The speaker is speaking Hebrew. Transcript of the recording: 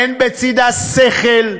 אין בצדה שכל,